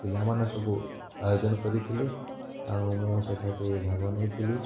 ପିଲାମାନେ ସବୁ ଆୟୋଜନ କରିଥିଲେ ଆଉ ମୁଁ ସେଠାରେ ଭାଗ ନେଇଥିଲି